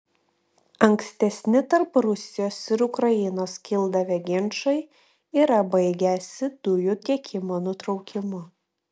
ankstesni tarp rusijos ir ukrainos kildavę ginčai yra baigęsi dujų tiekimo nutraukimu